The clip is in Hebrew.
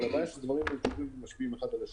אבל הבעיה היא שהדברים משפיעים זה על זה.